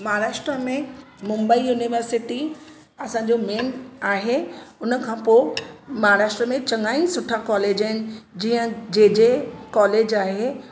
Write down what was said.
महाराष्ट्र में मुंबई युनिवर्सिटी असांजो मेन आहे उनखां पोइ महाराष्ट्र में चङाई सुठा कॉलेज आहिनि जीअं जे जे कॉलेज आहे